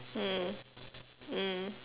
mm mm